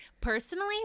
personally